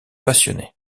passionné